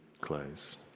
close